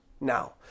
now